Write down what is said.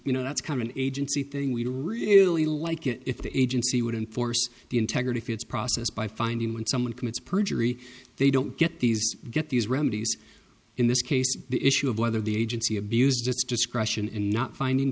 you know that's come an agency thing we'd really like it if the agency would enforce the integrity fields process by finding when someone commits perjury they don't get these get these remedies in this case the issue of whether the agency abused its discretion in not finding